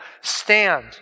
stand